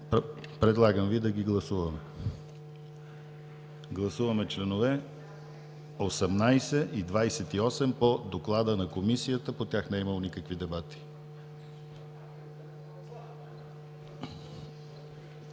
Предлагам Ви да ги гласуваме. Гласуваме членове 18 и 28 по доклада на Комисията. По тях не е имало никакви дебати.